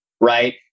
right